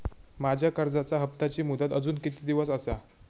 माझ्या कर्जाचा हप्ताची मुदत अजून किती दिवस असा?